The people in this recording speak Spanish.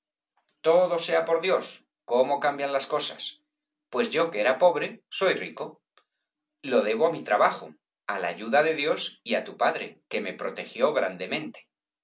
todo sea por dios cómo cambian las cosas pues yo que era pobre soy rico lo debo á mi trabajo á la ayuda de dios y á tu padre que me protegió grandemente